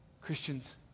Christians